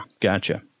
Gotcha